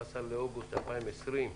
17 באוגוסט 2020,